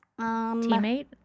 Teammate